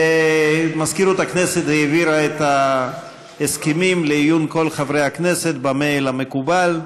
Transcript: מזכירות הכנסת העבירה את ההסכמים לעיון כל חברי הכנסת במייל המקובל,